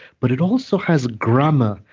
but it also has grammar,